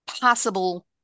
possible